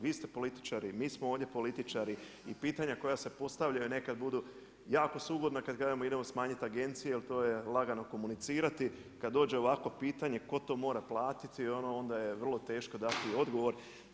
Vi ste političari, mi smo ovdje političari i pitanja koja se postavljaju nekada budu, jako su ugodna kada kažemo idemo smanjiti agencije jer to je lagano komunicirati, kada dođe ovakvo pitanje tko to mora platiti onda je vrlo teško dati odgovor.